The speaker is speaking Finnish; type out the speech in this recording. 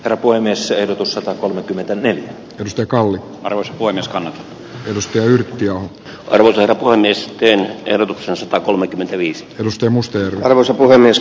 rapuläänissä ehdotus satakolmekymmentäneljä pystyy kalli ruis voi myöskään ennuste yrtti on kirvelevä kuin esitteen ehdotuksen satakolmekymmentäviisi rustem musta arvoisa puhemies